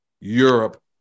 Europe